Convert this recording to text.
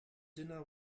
dinner